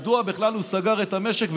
מדוע בכלל הוא סגר את המשק,